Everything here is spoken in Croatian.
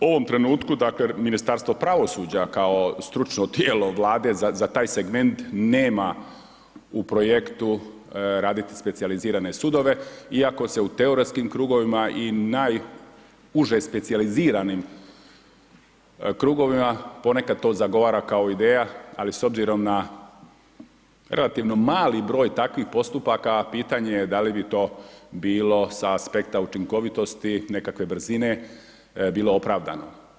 U ovom trenutku dakle Ministarstvo pravosuđa kao stručno tijelo Vlade za taj segment nema u projektu raditi specijalizirane sudove iako se u teoretskim krugovima i najuže specijaliziranim krugovima ponekad to zagovara kao ideja ali s obzirom na relativno mali broj takvih postupaka pitanje je da li bi to bilo sa aspekta učinkovitosti nekakve brzine bilo opravdano.